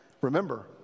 remember